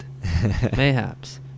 Mayhaps